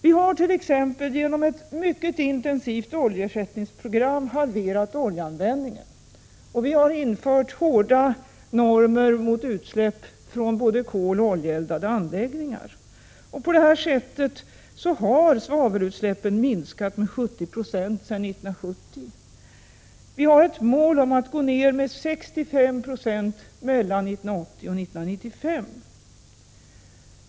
Vi har t.ex. genom ett mycket intensivt oljeersättningsprogram halverat oljeanvändningen, och vi har infört hårda normer mot utsläpp från både koloch oljeeldade anläggningar. På det här sättet har svavelutsläppen minskat med 70 96 sedan 1970. Vårt mål är att 1995 komma ned till 65 96 av 1980 års nivå.